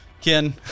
Ken